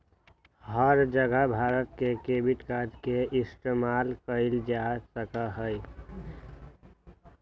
हर जगह भारत में debit card के इस्तेमाल कइल जा सका हई